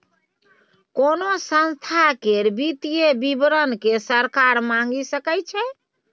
कोनो संस्था केर वित्तीय विवरण केँ सरकार मांगि सकै छै